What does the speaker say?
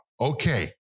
okay